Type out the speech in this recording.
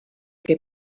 che